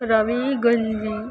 ರವೆ ಗಂಜಿ